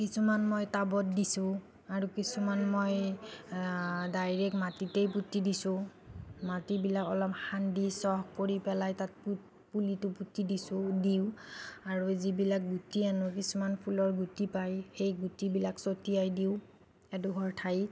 কিছুমান মই টাবত দিছোঁ আৰু কিছুমান মই ডাইৰেক্ট মাটিতেই পুতি দিছোঁ মাটিবিলাক অলপ খান্দি চহ কৰি পেলাই তাত পুলিটো পুতি দিছোঁ দিওঁ আৰু যিবিলাক গুটি আনো কিছুমান ফুলৰ গুটি পায় সেই গুটিবিলাক চতিয়াই দিওঁ এডোখৰ ঠাইত